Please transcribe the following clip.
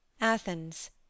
Athens